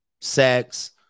sex